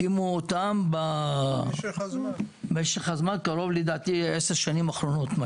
הקימו אותם במשך הזמן, לדעתי בעשר שנים האחרונות.